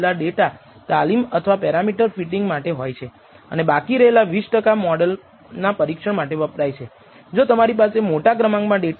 તેથી આ અજાણ્યું છે Sxx દ્વારા વિભાજિત થયેલું અજ્ઞાત σ2 છે અહીં σ2 આવશ્યક છે આપણે આ σ2 ને Sxx દ્વારા મેળવ્યું છે તે β̂1 નું વેરિએન્સ છે